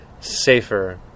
safer